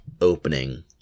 opening